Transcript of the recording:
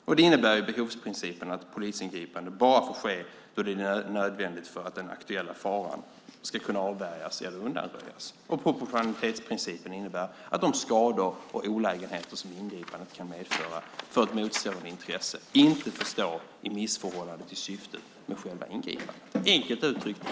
Behovsprincipen innebär att polisingripande bara får ske då det är nödvändigt för att den aktuella faran ska kunna avvärjas eller undanröjas. Proportionalitetsprincipen innebär att de skador och olägenheter som ingripandet kan medföra för ett motstående intresse inte får stå i missförhållande till syftet med själva ingripandet.